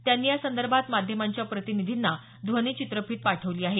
त्यांनी यासंदर्भात माध्यमांच्या प्रतिनिधींना ध्वनिचित्रफीत पाठवली आहे